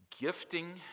gifting